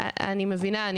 אני מבינה,